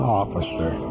officer